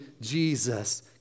Jesus